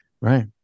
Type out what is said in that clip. right